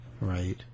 Right